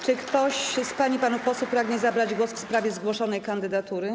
Czy ktoś z pań i panów posłów pragnie zabrać głos w sprawie zgłoszonej kandydatury?